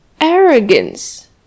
arrogance